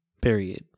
period